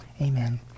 Amen